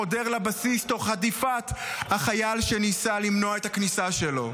חודר לבסיס תוך הדיפת החייל שניסה למנוע את הכניסה שלו.